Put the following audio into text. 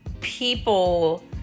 people